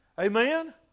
Amen